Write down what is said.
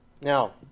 Now